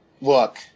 look